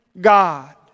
God